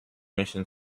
mission